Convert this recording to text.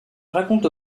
raconte